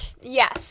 Yes